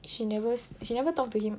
she never she never talk to him